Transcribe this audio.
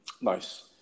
Nice